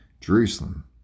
Jerusalem